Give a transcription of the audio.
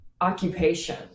occupation